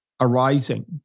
arising